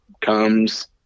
comes